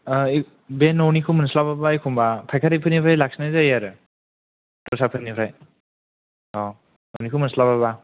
बे न'निखौ मोनस्लाबाब्ला एखमब्ला फायखारिफोरनिफ्राय लाखिनाय जायो आरो दस्राफोरनिफ्राय औ न'निखौ मोनस्लाबाब्ला